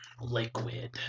liquid